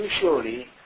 surely